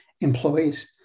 employees